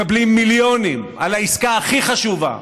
מקבלים מיליונים על העסקה הכי חשובה,